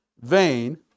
vain